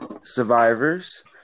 Survivors